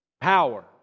power